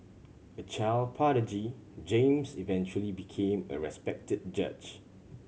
a child prodigy James eventually became a respected judge